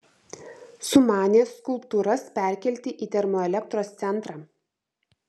sumanė skulptūras perkelti į termoelektros centrą